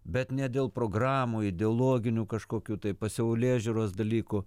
bet ne dėl programų ideologinių kažkokių tai pasaulėžiūros dalykų